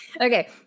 Okay